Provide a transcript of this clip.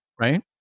right